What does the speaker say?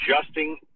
adjusting